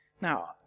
Now